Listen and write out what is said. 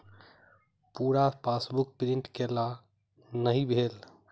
पूरा passbook print केल नहि भेल